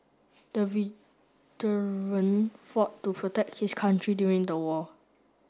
the veteran fought to protect his country during the war